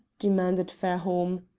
demanded fairholme.